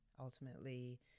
ultimately